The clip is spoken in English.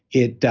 it